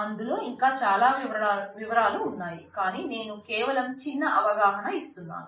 అందులో ఇంకా చాలా వివరాలు ఉన్నాయి కానీ నేను కేవలం చిన్న అవగాహన ఇస్తున్నాను